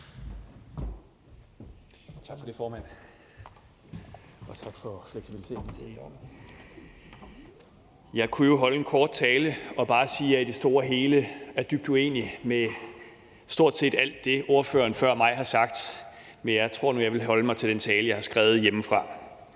Jeg kunne jo holde en kort tale og bare sige, at jeg i det store hele er dybt uenig i stort set alt det, ordføreren før mig har sagt, men jeg tror nu, jeg vil holde mig til den tale, jeg har skrevet hjemmefra.